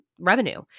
Revenue